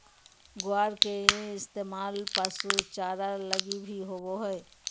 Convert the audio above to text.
ग्वार के इस्तेमाल पशु चारा लगी भी होवो हय